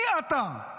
מי אתה?